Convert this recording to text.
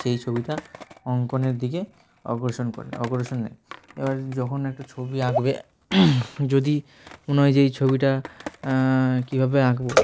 সেই ছবিটা অঙ্কনের দিকে আকর্ষণ করে অকর্ষণ নেয় এবার যখন একটা ছবি আঁকবে যদি মনে হয় যে এই ছবিটা কীভাবে আঁকবো